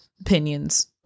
opinions